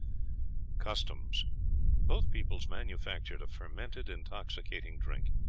customs both peoples manufactured a fermented, intoxicating drink,